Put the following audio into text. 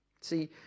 See